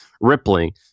Rippling